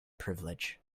privilege